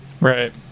right